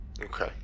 Okay